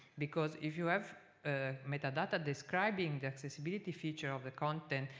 because if you have ah metadata describing the accessibility feature of the content,